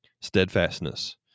steadfastness